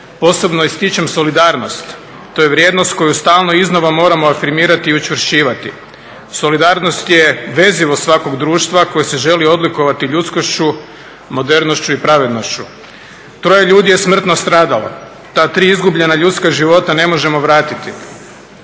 Posebno ističem solidarnost, to je vrijednost koju stalno iznova moramo afirmirati i učvršćivati. Solidarnost je vezivost svakog društva koji se želi odlikovati ljudskošću, modernošću i pravednošću. Troje ljudi je smrtno stradalo, ta tri izgubljena života ne možemo vratiti,